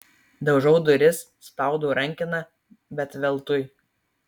daužau duris spaudau rankeną bet veltui